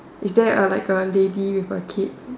is there a like a lady with a kid